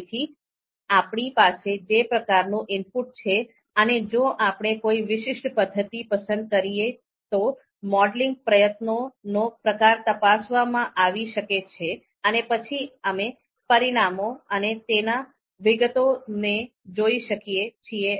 તેથી આપણી પાસે જે પ્રકારનું ઇનપુટ છે અને જો આપણે કોઈ વિશિષ્ટ પદ્ધતિ પસંદ કરીએ તો મોડેલિંગ પ્રયત્નોનો પ્રકાર તપાસવામાં આવી શકે છે અને પછી અમે પરિણામો અને તેના વિગતોને જોઈ શકીએ છીએ